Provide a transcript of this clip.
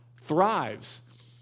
thrives